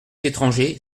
étranger